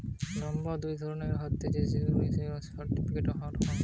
লাম্বারের দুই ধরণের হতিছে সেগুলা হচ্ছে সফ্টউড আর হার্ডউড